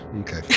Okay